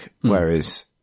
whereas